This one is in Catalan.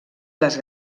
les